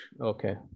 okay